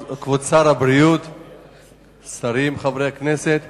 כבוד שר הבריאות, שרים, חברי הכנסת,